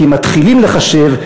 כי אם מתחילים לחשב,